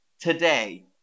Today